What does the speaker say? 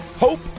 Hope